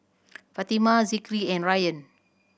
Fatimah Zikri and Ryan